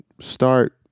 start